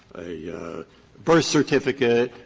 a birth certificate,